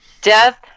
Death